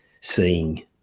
seeing